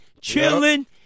chilling